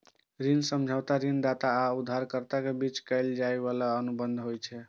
ऋण समझौता ऋणदाता आ उधारकर्ता के बीच कैल जाइ बला अनुबंध होइ छै